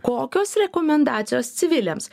kokios rekomendacijos civiliams